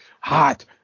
Hot